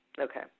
Okay